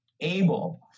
able